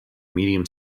medium